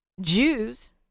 Jews